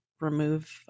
remove